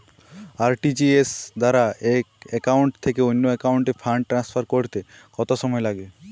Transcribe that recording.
RTGS দ্বারা এক account থেকে অন্য একাউন্টে ফান্ড ট্রান্সফার করতে কত সময় লাগে?